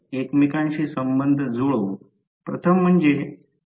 तर 3 phase induction motor चे 2 मुख्य भाग आहेत